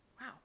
Wow